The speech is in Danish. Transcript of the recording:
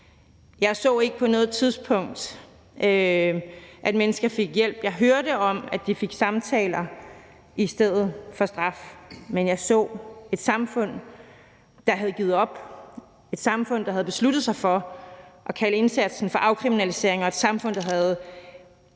Jeg så ikke på noget tidspunkt, at mennesker fik hjælp. Jeg hørte om, at de fik samtaler i stedet for straf, men jeg så et samfund, der havde givet op, et samfund, der havde besluttet sig for at kalde indsatsen for afkriminalisering, og et samfund, der på en